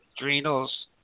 adrenals